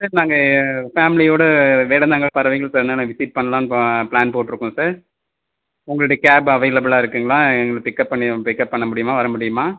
sir நாங்கள் ஃபேமிலியோடடு வேடந்தாங்கல் பறவைகள் சரணாலயம் விசிட் பண்ணலாம்னு பிளான் போட்டிருக்கோம் சார் உங்கள்கிட்ட கேப் அவைலபுளாக இருக்குங்களா எங்களுக்கு பிக்கப் பண்ணி பிக்கப் பண்ண முடியுமா வரமுடியுமா